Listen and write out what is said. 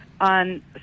on